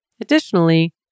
Additionally